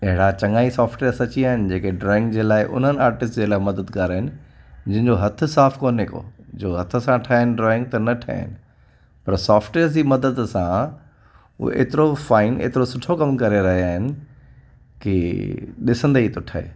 अहिड़ा चङा ई सॉफ़्टवेअर्स अची विया आहिनि जेका ड्रोईंग जे लाइ उन्हनि आर्टिस्ट जे लाइ मददगार आहिनि जिन जो हथु साफ़ु कोन्हे को जो हथ साम ठाहीनि ड्रॉईंग न ठहनि पर सॉफ़्टवेअर जी मदद सां एतिरो फ़ाइन एतिरो सुठो कमु करे रहिया आहिनि की ॾिसंदे ई थो ठहे